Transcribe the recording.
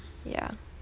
ya